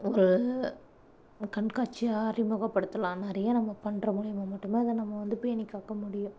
ஒரு கண்காட்சியாக அறிமுகப்படுத்தலாம் நிறையா நம்ம பண்ணுற மூலிமா மட்டும்தான் அதை நம்ம வந்து பேணிக்காக்க முடியும்